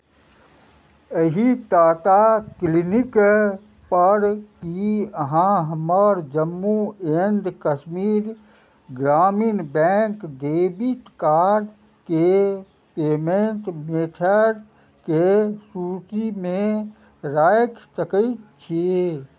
एहि टाका क्लिनिकपर की अहाँ हमर Jammu and Kashmir Grameen bank debit कार्डके पेमेंट मेथडकेँ सूचीमे राखि सकैत छी